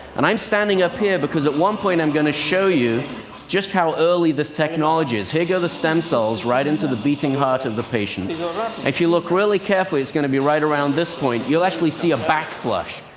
and i'm standing up here because at one point i'm going to show you just how early this technology is. here go the stem cells, right into the beating heart of the patient. and if you look really carefully, it's going to be right around this point you'll actually see a back-flush.